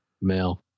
Male